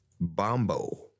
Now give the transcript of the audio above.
Bombo